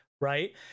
right